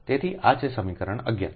તેથીઆછેસમીકરણ11